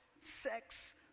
sex